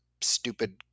stupid